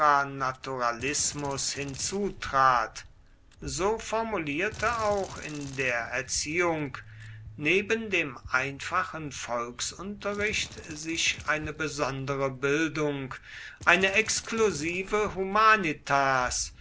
supranaturalismus hinzutrat so formulierte auch in der erziehung neben dem einfachen volksunterricht sich eine besondere bildung eine exklusive humanitas